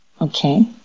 Okay